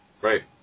Right